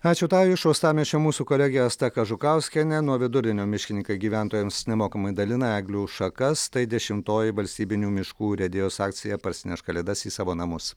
ačiū tau iš uostamiesčio mūsų kolegė asta kažukauskienė nuo vidurdienio miškininkai gyventojams nemokamai dalina eglių šakas tai dešimtoji valstybinių miškų urėdijos akcija parsinešk kalėdas į savo namus